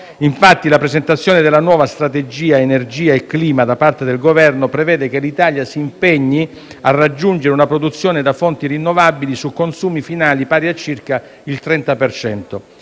Infatti, la presentazione della nuova strategia energia e clima da parte del Governo prevede che l'Italia si impegni a raggiungere una produzione da fonti rinnovabili su consumi finali pari a circa il 30